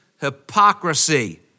hypocrisy